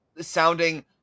sounding